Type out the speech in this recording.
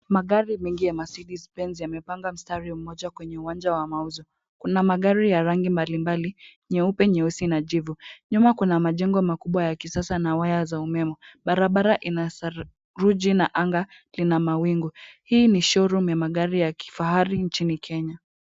Magari mengi ya Mercedes benze yamepanga mstari mmoja kwenye uwanja wa mauzo. Kuna magari ya rangi mbalimbali nyeupe, nyeusi na jivu. Nyuma kuna majengo makubwa ya kisasa na waya za umeme. Barabara ina saruji na anga lina mawingu. Hii ni show room ya magari ya kifahari nchini kenya.